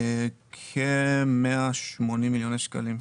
כ-180 מיליוני שקלים.